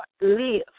live